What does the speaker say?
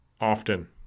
often